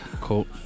Cool